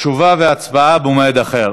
תשובה והצבעה במועד אחר.